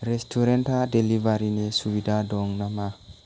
रेस्टुरेन्टआ देलिभारिनि सुबिदा दं नामा